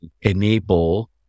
enable